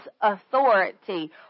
authority